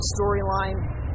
storyline